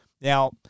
Now